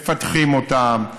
מפתחים אותם,